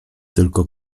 tylko